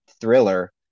thriller